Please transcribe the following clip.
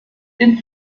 den